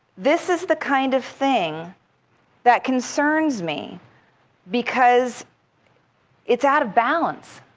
this is the kind of thing that concerns me because it's out of balance.